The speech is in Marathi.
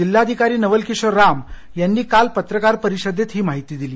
जिल्हाधिकारी नवल किशोर राम यांनी काल पत्रकार परिषदेत ही माहिती दिली